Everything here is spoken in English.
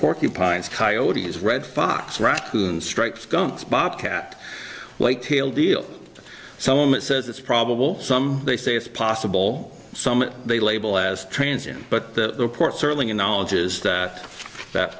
porcupines coyote's red fox raccoon strikes guns bob cat white tail deal so i'm it says it's probable some they say it's possible some they label as transit but the report certainly knowledge is that that